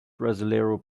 brasileiro